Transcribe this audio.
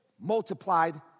multiplied